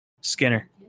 Skinner